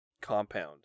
compound